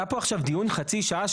היה פה עכשיו דיון חצי שעה,